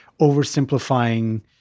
oversimplifying